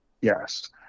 yes